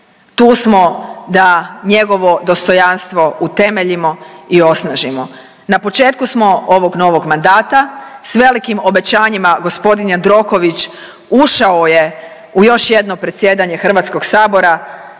tu smo da njegovo dostojanstvo utemeljimo i osnažimo. Na početku smo ovog novog mandata, s velikim obećanjima g. Jandroković ušao je u još jedno predsjedanje HS, pa